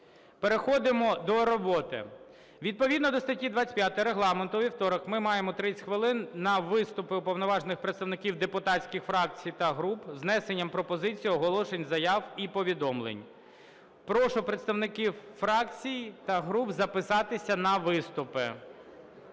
Переходимо до роботи. Відповідно до статті 25 Регламенту у вівторок ми маємо 30 хвилин на виступи уповноважених представників депутатських фракцій та груп з внесенням пропозицій, оголошень, заяв і повідомлень. Прошу представників фракцій та груп записатися на виступи.